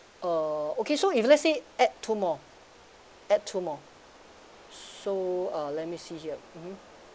uh okay so if let's say add two more add two more so uh let me see here mmhmm